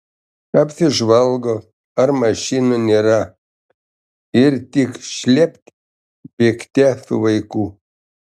apsižvalgo ar mašinų nėra ir tik šlept bėgte su vaiku